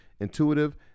intuitive